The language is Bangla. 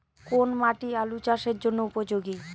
কোন মাটি আলু চাষের জন্যে উপযোগী?